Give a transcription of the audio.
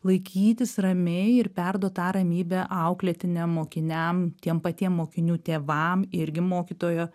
laikytis ramiai ir perduot tą ramybę auklėtiniam mokiniam tiem patiem mokinių tėvam irgi mokytojo